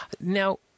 Now